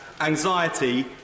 anxiety